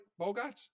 Bogarts